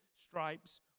stripes